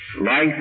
life